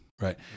Right